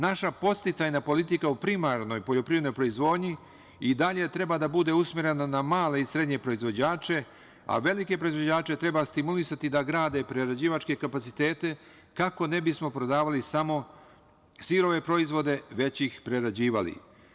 Naša podsticajna politika u primarnoj poljoprivrednoj proizvodnji i dalje treba da bude usmerena na male i srednje proizvođače, a velike proizvođače treba stimulisati da grade prerađivačke kapacitete kako ne bismo prodavali samo sirove proizvode već ih prerađivali.